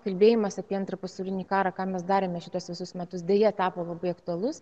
kalbėjimas apie antrą pasaulinį karą ką mes darėme šituos visus metus deja tapo labai aktualus